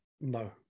No